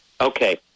Okay